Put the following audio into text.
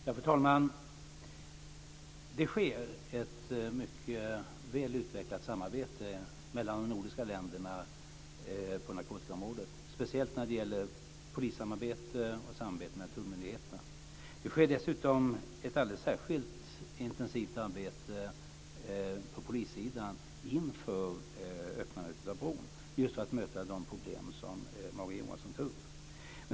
Fru talman! Det sker ett mycket väl utvecklat samarbete mellan de nordiska länderna på narkotikaområdet, speciellt när det gäller polissamarbete och samarbete med tullmyndigheterna. Det sker dessutom ett alldeles särskilt intensivt arbete på polissidan inför öppnandet av bron för att just möta de problem som Morgan Johansson tar upp.